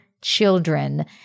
children